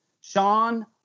Sean